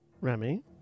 Remy